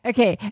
Okay